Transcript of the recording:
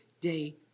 day